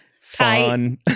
fun